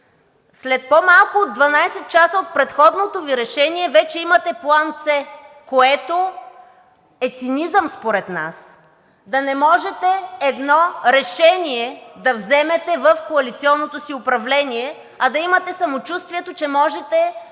след по-малко от 12 часа от предходното Ви решение, вече имате план „С“, което е цинизъм според нас – да не можете едно решение да вземете в коалиционното си управление, а да имате самочувствието, че можете да управлявате цялата държава.